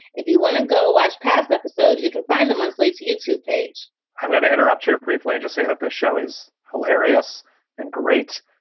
if you want to go watch past episodes, you can find them on slate's youtube page i'm not interrupted replaying to say that the show is hilarious and great.